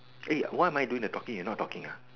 eh why I'm doing the talking you not talking ah